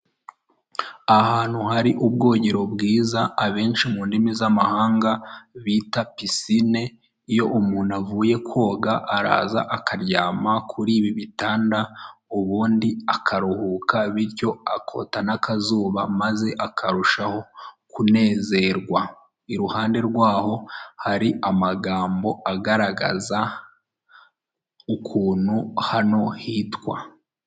Ahantu hari ubwogero bwiza abenshi mu ndimi z'amahanga bita pisine, iyo umuntu avuye koga araza akaryama kuri ibi bitanda, ubundi akaruhuka bityo akota n'akazuba, maze akarushaho kunezerwa. Iruhande rwaho hari amagambo agaragaza ukuntu hano hitwa.